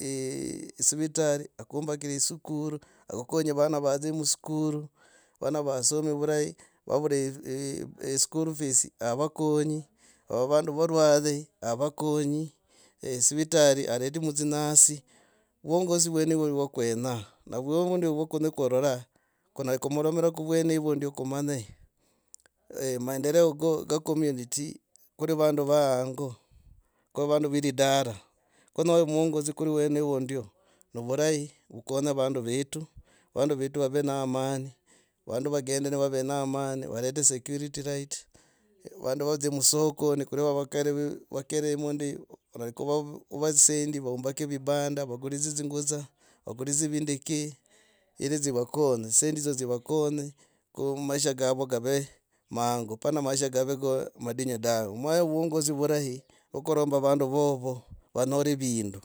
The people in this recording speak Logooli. eeh esivitari akunibakie eskuru akukonye vana vadzie muskuru. vana vasome vurahi, vavura school feesavakonyi au avandu varware avakonyi, esivitari aretemo dzinurse. vuongozi. Vwene nivwo vwakenyana vuhe vundi va kunyi kurora kunyera kuromira kuvwenovo ndi kumanye maendereo ka community kuri vandu va hango ka vandu veridara. kunyora muongozi kuri mweneo ndo navurahi kukonya vandu vetu. vandu vetu vave na amani. vandu vagende nivave na amani. varete security light vandu vadzie musokoni kuli avakali vakirimo ndi varakuua dzisendi. vombage vibanda. vakulidzi dzinguza. vakulidzi vindi ki, iri dzivakonye. dzisendi hizo dzikavonyo ku maisha gava gave mangu. pana maisha gave madinyu dave. Mwahi muongozi murahi okuromba vandu vovo vanyoro vindu.